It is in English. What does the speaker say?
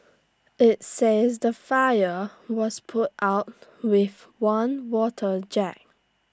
IT says the fire was put out with one water jet